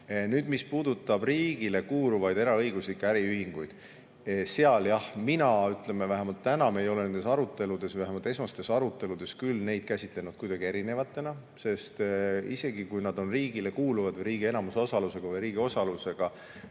Nüüd, mis puudutab riigile kuuluvaid eraõiguslikke äriühinguid, siis seal jah, vähemalt täna me ei ole nendes aruteludes, vähemalt esmastes aruteludes, küll neid käsitlenud kuidagi erinevatena, sest isegi kui nad kuuluvad riigile või on riigi enamusosalusega või riigi osalusega